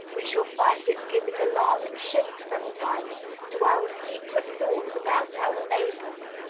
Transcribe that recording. we shall find it giving alarming shape sometimes to our secret thoughts about our neighbors.